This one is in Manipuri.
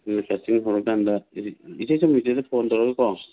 ꯑꯗꯨꯅ ꯀꯥꯁꯇꯤꯡ ꯍꯧꯔ ꯀꯥꯟꯗ ꯏꯆꯦ ꯁꯨꯃꯇꯤꯗ ꯐꯣꯟ ꯇꯧꯔꯒꯀꯣ